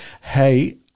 hey